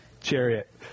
chariot